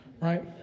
right